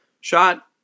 shot